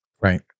right